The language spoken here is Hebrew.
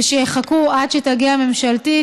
ושיחכו עד שתגיע הממשלתית.